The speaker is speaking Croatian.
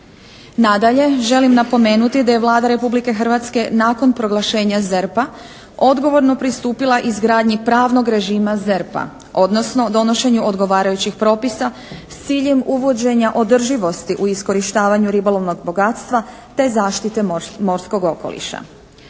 Nadalje, želim napomenuti da je Vlada Republike Hrvatske nakon proglašenja ZERP-a odgovorno pristupila izgradnji pravnog režima ZERP-a, odnosno donošenju odgovarajućih propisa s ciljem uvođenja održivosti u iskorištavanju ribolovnog bogatstva te zaštite morskog okoliša.